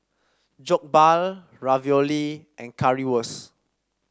Jokbal Ravioli and Currywurst